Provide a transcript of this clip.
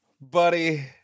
buddy